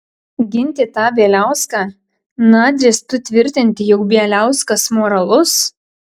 ginti tą bieliauską na drįstų tvirtinti jog bieliauskas moralus